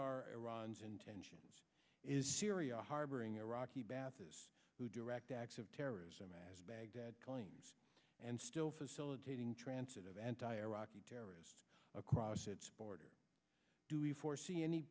our intentions is syria harboring iraqi baptists who direct acts of terrorism as baghdad claims and still facilitating transit of anti iraqi terrorists across its border do you foresee any